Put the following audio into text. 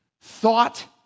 Thought